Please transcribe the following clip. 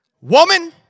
Woman